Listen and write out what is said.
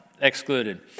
excluded